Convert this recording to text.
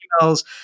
emails